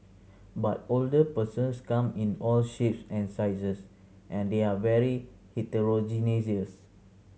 but older persons come in all shapes and sizes and they're very heterogeneous